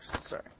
sorry